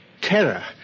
terror